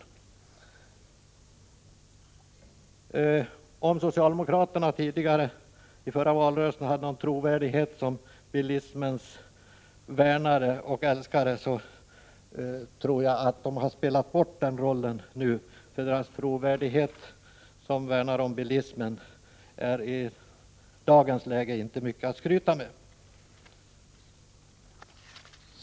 Om socialdemokraterna i den förra valrörelsen hade någon trovärdighet som bilismens värnare och älskare tror jag att de har spelat bort den rollen nu. Deras trovärdighet som värnare om bilismen är i dagens läge inte mycket att skryta med.